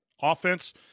offense